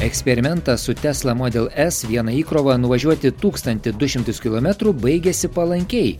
eksperimentas su tesla model es viena įkrova nuvažiuoti tūkstantį du šimtus kilometrų baigėsi palankiai